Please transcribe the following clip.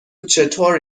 چطور